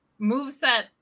moveset